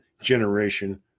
generation